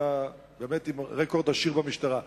באמת עם רקורד עשיר במשטרה.